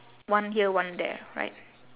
one here one there right